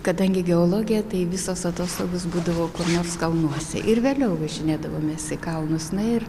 kadangi geologija tai visos atostogos būdavo kur nors kalnuose ir vėliau važinėdavom mes į kalnus na ir